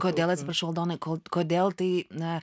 kodėl atsiprašau aldonai ko kodėl tai na